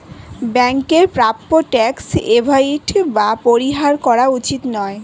ব্যাংকের প্রাপ্য tax avoid বা পরিহার করা উচিত নয়